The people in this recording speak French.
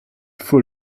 faut